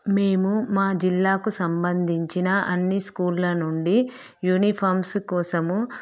మేము మా జిల్లాకు సంబంధించిన అన్నీ స్కూళ్ళ నుండి యూనిఫార్మ్స్ కోసం